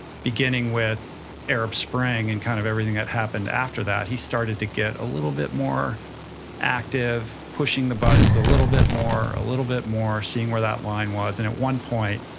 beginning with arab spring and kind of everything that happened after that, he started to get a little bit more active, pushing the buttons a little bit more, a little bit more seeing where that line was, and at one point,